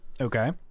okay